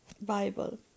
Bible